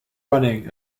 running